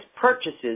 purchases